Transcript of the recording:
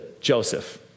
Joseph